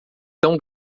tão